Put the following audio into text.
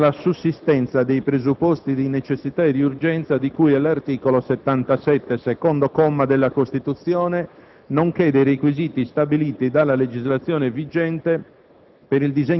in ordine alla sussistenza dei presupposti di necessità e di urgenza richiesti dall'articolo 77, secondo comma, della Costituzione, nonché dei requisiti stabiliti dalla legislazione vigente,